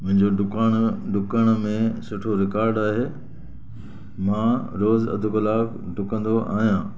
मुंहिंजो डुकणु डुकण में सुठो रिकॉर्ड आहे मां रोज़ु अधु कलाकु डुकंदो आहियां